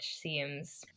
seems